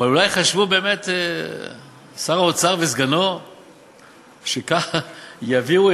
אבל אולי חשבו באמת שר האוצר וסגנו שככה יביאו,